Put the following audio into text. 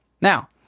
Now